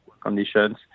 conditions